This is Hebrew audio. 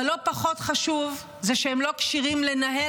אבל לא פחות חשוב זה שהם לא כשירים לנהל